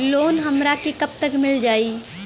Loan हमरा के कब तक मिल जाई?